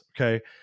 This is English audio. Okay